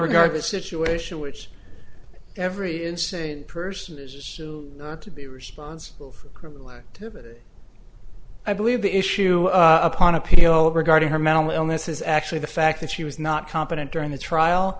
regard to situation which every insane person is not to be responsible for criminal activity i believe the issue upon appeal regarding her mental illness is actually the fact that she was not competent during the trial